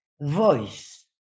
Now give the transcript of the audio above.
voice